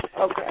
okay